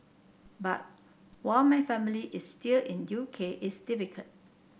but while my family is still in U K it's difficult